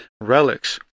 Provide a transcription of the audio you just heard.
relics